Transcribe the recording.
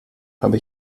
habe